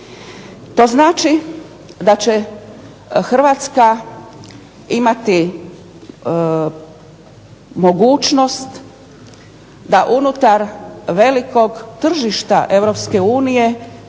To znači da će Hrvatska imati mogućnost da unutar velikog tržišta